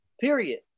Period